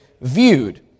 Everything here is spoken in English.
viewed